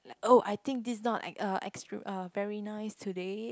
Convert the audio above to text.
like oh I think this is not like uh extreme uh very nice today